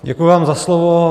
Děkuji vám za slovo.